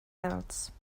else